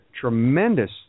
tremendous